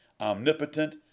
omnipotent